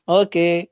okay